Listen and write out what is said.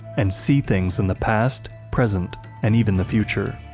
and see things in the past, present, and even the future.